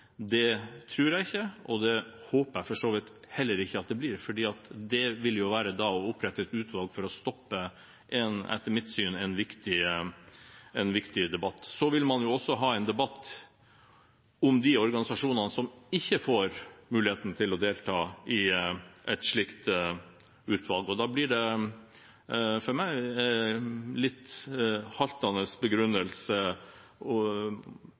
Det tror jeg ikke, og det håper jeg for så vidt heller ikke at man gjør, for det ville være å opprette et utvalg for å stoppe en, etter mitt syn, viktig debatt. Man vil også få en debatt om de organisasjonene som ikke får muligheten til å delta i et slikt utvalg. Da blir det for meg en litt haltende begrunnelse